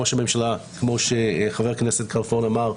כמו שחבר הכנסת כלפון אמר,